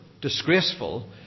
disgraceful